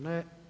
Ne.